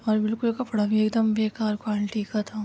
اور بالکل کپڑا بھی ایک دم بے کار کوالٹی کا تھا